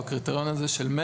או על הקריטריון של מרץ,